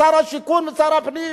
לעשות, לשרת ולשלם מסים,